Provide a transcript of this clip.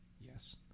Yes